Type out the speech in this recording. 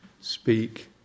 speak